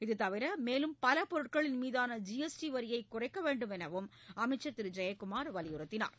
இதுதவிர மேலும் பல பொருட்களின் மீதான ஜிஎஸ்டி வரியைக் குறைக்க வேண்டும் எனவும் அமைச்சர் திரு ஜெயக்குமார் வலியுறுத்தினார்